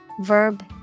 Verb